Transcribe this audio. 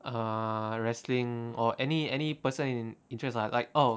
ah wrestling or any any person in interest lah like oh